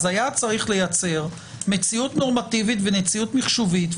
היה צריך לייצר מציאות נורמטיבית ומציאות מחשובית.